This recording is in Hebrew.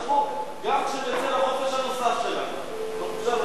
גם כשנצא לחופש הנוסף שלנו במושב הזה.